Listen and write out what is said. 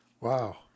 Wow